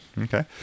Okay